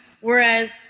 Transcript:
Whereas